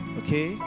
okay